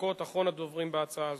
אחרון הדוברים בהצעה הזו.